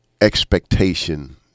expectation